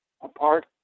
apart